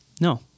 No